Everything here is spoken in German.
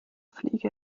fliege